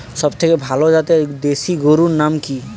সবথেকে ভালো জাতের দেশি গরুর নাম কি?